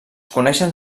coneixen